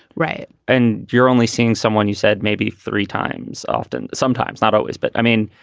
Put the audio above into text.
right. and you're only seeing someone you said maybe three times. often sometimes. not always. but i mean,